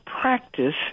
practice